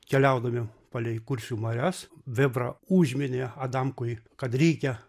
keliaudami palei kuršių marias vėbra užminė adamkui kad reikia